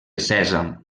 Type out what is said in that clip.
sèsam